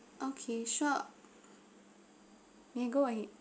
okay sure you can go ahead